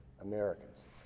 Americans